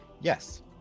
Yes